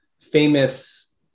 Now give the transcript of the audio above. famous